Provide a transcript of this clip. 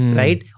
right